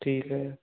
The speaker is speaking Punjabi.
ਠੀਕ ਹੈ